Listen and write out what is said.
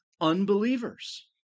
unbelievers